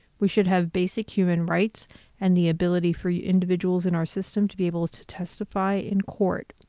we should have basic human rights and the ability for individuals in our system to be able to testify in court.